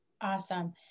Awesome